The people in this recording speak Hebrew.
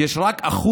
כי יש רק 1%